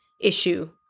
issue